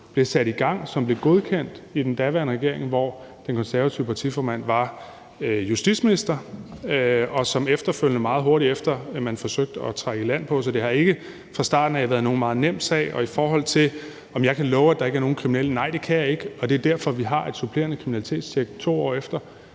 blev sat i gang, som blev godkendt af den daværende regering, hvor den konservative partiformand var justitsminister, og som man efterfølgende, meget hurtigt efter, forsøgte at trække i land på. Så det har fra starten af ikke været nogen meget nem sag. I forhold til om jeg kan love, at der ikke er nogen kriminelle, vil jeg sige, at nej, det kan jeg ikke, og det er derfor, vi har et supplerende kriminalitetstjek 2 år efter.